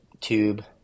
tube